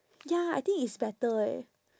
ya I think it's better eh